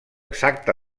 exacta